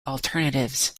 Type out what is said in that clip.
alternatives